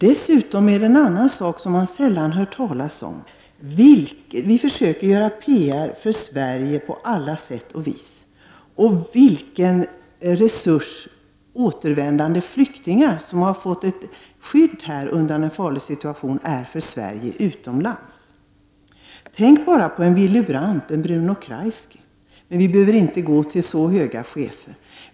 Dessutom är det en annan sak som man sällan hör talas om. Vi försöker göra PR för Sverige på alla sätt och vis. I det sammanhanget utgör återvändande flyktingar, som fått ett skydd här undan en farlig situation, en resurs för Sverige utomlands. Tänk bara på Willy Brandt och Bruno Kreisky! Men vi behöver inte gå till så höga chefer.